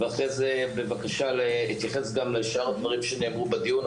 ואחרי זה לשאר הדברים שנאמרו בדיון.